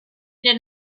did